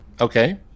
Okay